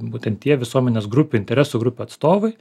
būtent tie visuomenės grupių interesų grupių atstovai